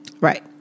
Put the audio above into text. right